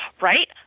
right